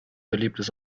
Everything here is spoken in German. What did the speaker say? beliebtes